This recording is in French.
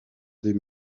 des